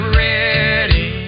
ready